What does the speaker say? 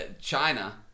China